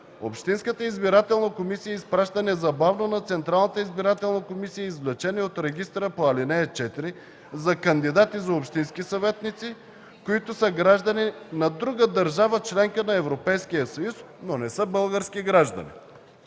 Общинската избирателна комисия изпраща незабавно на Централната избирателна комисия извлечение от регистъра по ал. 4 за кандидати за общински съветници, които са граждани на друга държава – членка на Европейския съюз, но не са български граждани.”